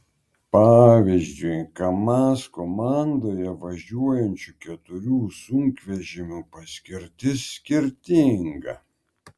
pavyzdžiui kamaz komandoje važiuojančių keturių sunkvežimių paskirtis skirtinga